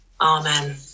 Amen